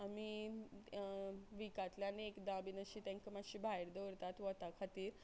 आमी विकातल्यान एकदा बीन अशी तेंका मात्शी भायर दवरतात वता खातीर